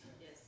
Yes